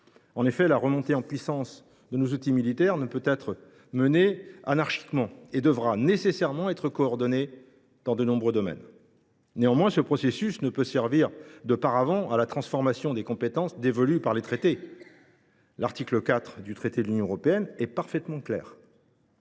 En effet, la remontée en puissance de nos outils militaires ne peut être menée anarchiquement ; elle devra nécessairement être coordonnée dans de nombreux domaines. Néanmoins, ce processus ne peut servir de paravent à la transformation des compétences dévolues par les traités. L’article 4 du traité sur l’Union européenne est parfaitement clair